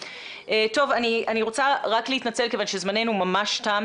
אני רוצה רק להתנצל כיוון שזמננו ממש תם,